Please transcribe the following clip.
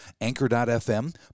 Anchor.fm